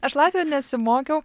aš latvių nesimokiau